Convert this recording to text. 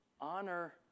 Honor